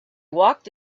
walked